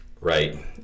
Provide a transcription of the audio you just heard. Right